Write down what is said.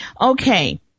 Okay